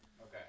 Okay